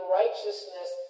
righteousness